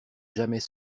jamais